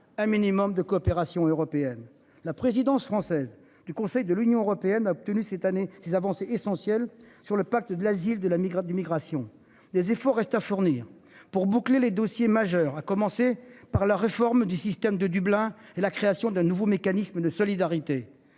un minimum de coopération européenne la présidence française du Conseil de l'Union européenne a obtenu cette année ces avancées essentielles sur le pacte de l'asile de la migraine, l'immigration, des efforts restent à fournir pour boucler les dossiers majeurs, à commencer par la réforme du système de Dublin et la création d'un nouveau mécanisme de solidarité.